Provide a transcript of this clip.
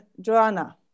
Joanna